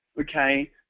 okay